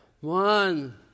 One